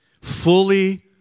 fully